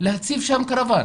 להציב שם קרוואן